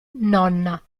nonna